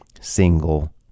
single